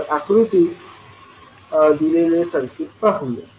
तर आकृतीत दिलेले सर्किट पाहूया